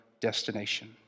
destination